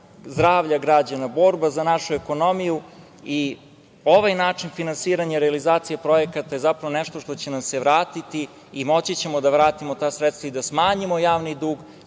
zdravlja građana, borba za našu ekonomiju i ovaj način finansiranja realizacije projekata je zapravo nešto što će nam se vratiti i moći ćemo da vratimo ta sredstva i da smanjimo javni dug,